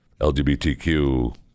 LGBTQ